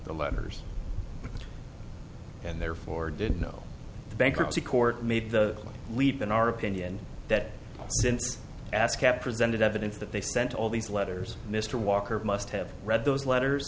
the letters and therefore didn't know the bankruptcy court made the leap in our opinion that since ascap presented evidence that they sent all these letters mr walker must have read those letters